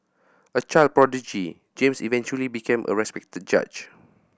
a child prodigy James eventually became a respected judge